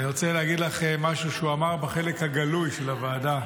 אני רוצה להגיד לכם משהו שהוא אמר בחלק הגלוי של הוועדה,